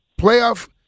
playoff